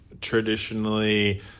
Traditionally